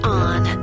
on